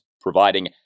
providing